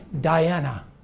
Diana